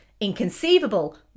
inconceivable